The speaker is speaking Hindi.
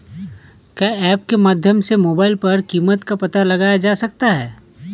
क्या ऐप के माध्यम से मोबाइल पर कीमत का पता लगाया जा सकता है?